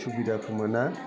सुबिदाखौ मोना